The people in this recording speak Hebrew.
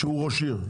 שהוא ראש עיר,